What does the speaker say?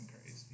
crazy